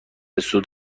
سود